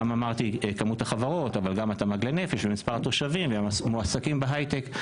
גם כמות החברות אבל גם התמ"ג לנפש ומספר תושבים ומועסקים בהייטק.